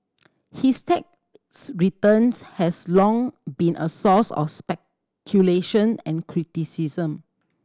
his tax returns has long been a source of speculation and criticism